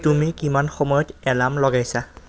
তুমি কিমান সময়ত এলার্ম লগাইছা